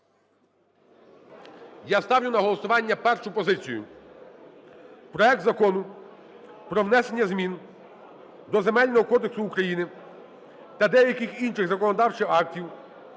Я ставлю на голосування першу позицію. Проект Закону про внесення змін до Земельного кодексу України та деяких інших законодавчих актів